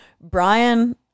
Brian